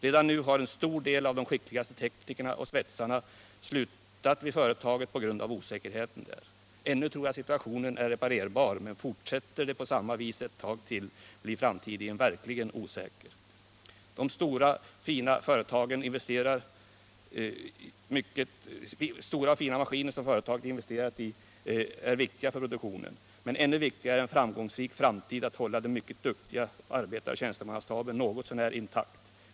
Redan nu har en stor del av de skickligaste teknikerna och svetsarna slutat i företaget på grund av osäkerheten där. Ännu tror jag att situationen är reparerbar, men fortsätter det på samma vis ett tag till blir framtiden verkligen osäker. De stora och fina maskiner som företaget investerat i är viktiga för produktionen, men ännu viktigare för en framgångsrik framtid är att hålla den mycket duktiga arbetaroch tjänstemannastaben något så när intakt.